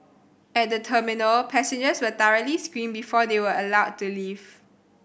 at the terminal passengers were thoroughly screened before they were allowed to leave